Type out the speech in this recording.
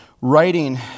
writing